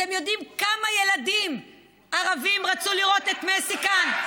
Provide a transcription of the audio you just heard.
אתם יודעים כמה ילדים ערבים רצו לראות את מסי כאן?